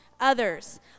Others